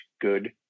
good